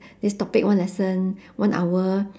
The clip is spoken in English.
this topic one lesson one hour